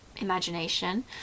imagination